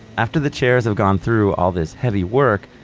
after the chairs have gone through all this heavy work,